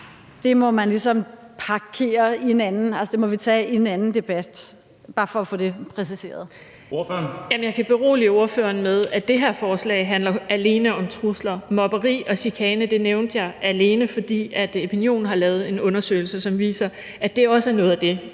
Kl. 16:07 Karina Lorentzen Dehnhardt (SF): Jamen jeg kan berolige spørgeren med, at det her forslag alene handler om trusler. Mobberi og chikane nævnte jeg, alene fordi Epinion har lavet en undersøgelse, som viser, at det også er noget af det,